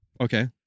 Okay